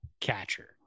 catcher